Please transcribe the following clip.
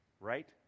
right